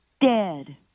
Dead